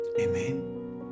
Amen